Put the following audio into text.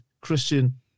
Christian